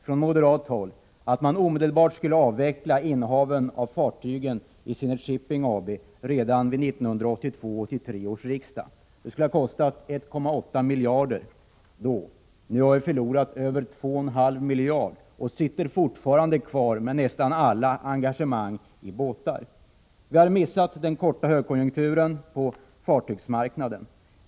Från moderat håll krävde vi redan vid 1982/83 års riksdag att Zenit Shipping AB:s innehav av fartyg omedelbart skulle avvecklas. Det skulle ha kostat 1,8 miljarder då. Nu har man förlorat över 2,5 miljarder kronor, och företaget har fortfarande kvar nästan alla engagemang i båtar. Man har missat den korta högkonjunkturen på fartygsmarknaden.